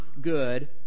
good